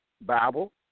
Bible